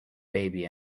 baby